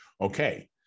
Okay